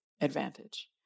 advantage